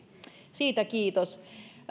siitä kiitos